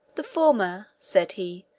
the former, said he,